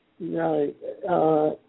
Right